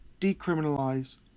decriminalise